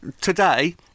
Today